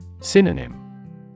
Synonym